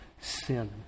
sin